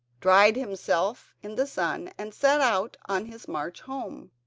dried himself in the sun, and set out on his march home.